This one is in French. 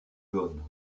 jaunes